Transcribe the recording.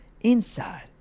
Inside